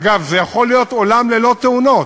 אגב, זה יכול להיות עולם ללא תאונות,